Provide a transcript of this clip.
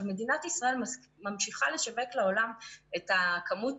מדינת ישראל ממשיכה לשווק לעולם את כמות